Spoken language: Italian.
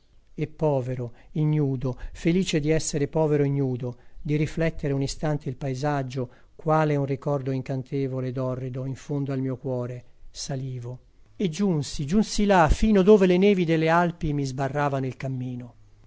e povero ignudo felice di essere povero ignudo di riflettere un istante il paesaggio quale un ricordo incantevole ed orrido in fondo al mio cuore salivo e giunsi giunsi là fino dove le nevi delle alpi mi sbarravano il cammino